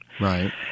right